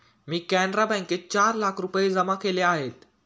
मी कॅनरा बँकेत चार लाख रुपये जमा केले आहेत